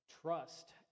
trust